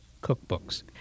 cookbooks